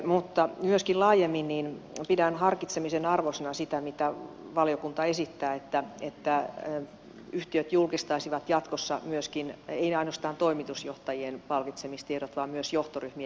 mutta myöskin laajemmin pidän harkitsemisen arvoisena sitä mitä valiokunta esittää että yhtiöt julkistaisivat jatkossa myöskin ei ainoastaan toimitusjohtajien palkitsemistiedot vaan myös johtoryhmien jäsenten